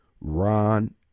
Ron